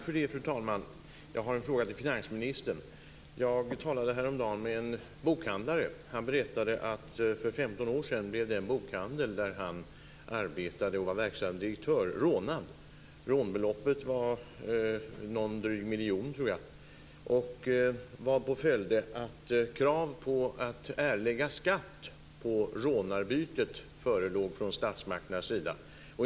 Fru talman! Jag har en fråga till finansministern. Jag talade häromdagen med en bokhandlare. Han berättade att för 15 år sedan blev den bokhandel där han arbetade och var verksam direktör rånad. Rånbeloppet var någon dryg miljon, tror jag. Följden blev att krav på att erlägga skatt på rånarbytet förelåg från statsmakternas sida.